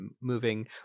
moving